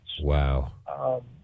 Wow